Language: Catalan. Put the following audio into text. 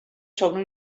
sobre